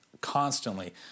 constantly